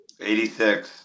86